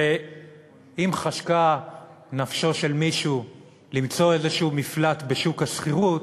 ואם חשקה נפשו של מישהו למצוא איזשהו מפלט בשוק השכירות,